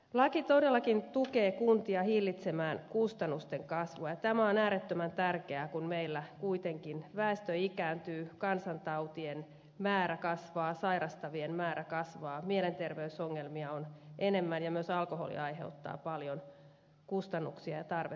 laki todellakin tukee kuntia hillitsemään kustannusten kasvua ja tämä on äärettömän tärkeää kun meillä kuitenkin väestö ikääntyy kansantautien määrä kasvaa sairastavien määrä kasvaa mielenterveysongelmia on enemmän ja myös alkoholi aiheuttaa paljon kustannuksia ja tarvetta terveydenhoitoon